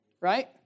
Right